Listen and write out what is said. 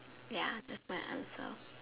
ya that's my answer